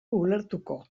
ulertuko